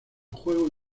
juego